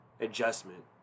adjustment